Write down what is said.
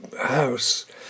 house